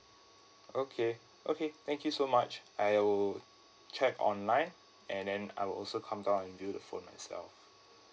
okay okay thank you so much I will check online and then I will also come down and view the phone myself